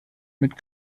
mit